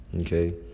Okay